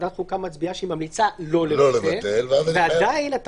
ועדת חוקה מצביעה שהיא ממליצה לא לבטל ועדיין אתה